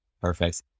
Perfect